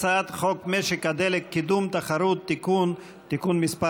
הצעת חוק משק הדלק (קידום התחרות) (תיקון) (תיקון מס'